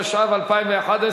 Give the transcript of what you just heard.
התשע"ב 2011,